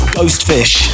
Ghostfish